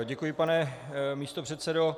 Děkuji, pane místopředsedo.